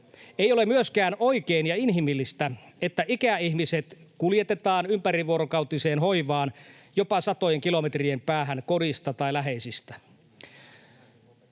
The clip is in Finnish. Ei ole myöskään oikein ja inhimillistä, että ikäihmiset kuljetetaan ympärivuorokautiseen hoivaan jopa satojen kilometrien päähän kodista tai läheisistä.